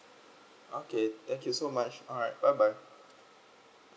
okay thank you so much alright bye bye